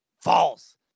False